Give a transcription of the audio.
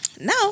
now